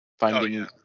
Finding